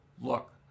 Look